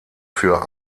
für